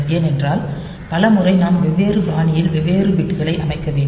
ஏனென்றால் பல முறை நாம் வெவ்வேறு பாணியில் வெவ்வேறு பிட்களை அமைக்க வேண்டும்